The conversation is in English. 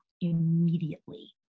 immediately